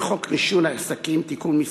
וכן חוק רישוי עסקים (תיקון מס'